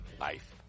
life